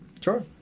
sure